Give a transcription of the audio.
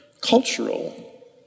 cultural